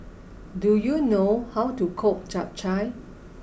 do you know how to cook Chap Chai